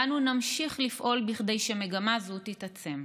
ואנו נמשיך לפעול כדי שמגמה זו תתעצם.